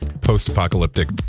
Post-apocalyptic